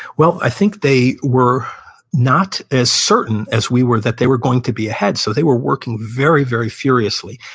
well, i think they were not as certain as we were that they were going to be ahead, so they were working very, very furiously.